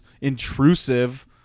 intrusive